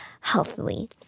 healthily